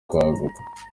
kwaguka